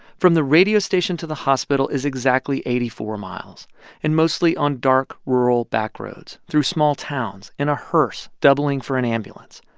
from the radio station to the hospital is exactly eighty four miles and mostly on dark, rural back roads, through small towns, in a hearse doubling for an ambulance.